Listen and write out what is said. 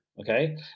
okay